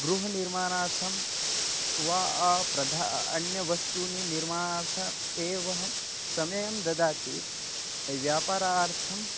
गृहनिर्माणार्थं वा प्रध अन्यवस्तूनि निर्माणार्थम् एव समयं ददाति व्यापारार्थम्